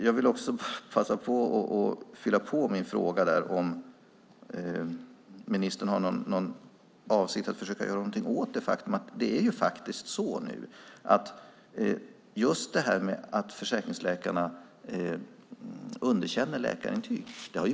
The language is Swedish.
Jag vill passa på att fylla på min fråga om ministern har någon avsikt att försöka göra något åt det faktum att det de senaste åren har blivit vanligare att försäkringsläkarna underkänner läkarintyg.